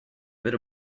bit